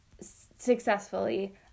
successfully